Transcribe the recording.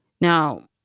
Now